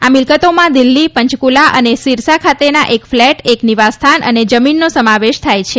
આ મિલ્કતોમાં દિલ્હી પંચકુલ્લા અને સિરસા ખાતેના એક ફલેટ એક નિવાસસ્થાન અને જમીનનો સમાવેશ થાય છે